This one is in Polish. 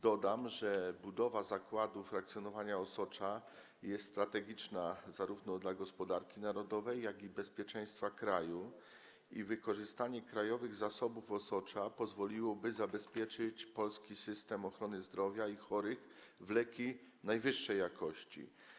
Dodam, że budowa zakładów frakcjonowania osocza jest strategiczna zarówno dla gospodarki narodowej, jak i bezpieczeństwa kraju, i wykorzystanie krajowych zasobów osocza pozwoliłoby zabezpieczyć polski system ochrony zdrowia i chorych, jeżeli chodzi o leki najwyższej jakości.